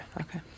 okay